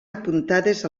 apuntades